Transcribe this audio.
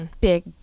big